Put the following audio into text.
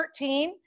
13